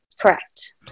Correct